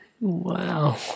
Wow